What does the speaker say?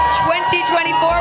2024